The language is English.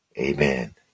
Amen